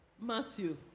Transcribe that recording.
Matthew